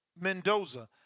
Mendoza